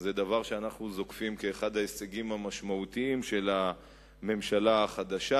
זה דבר שאנחנו זוקפים כאחד ההישגים המשמעותיים של הממשלה החדשה.